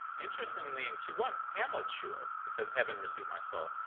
interestingly in q one, hamlet's sure he says, heaven receive my soul,